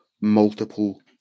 multiple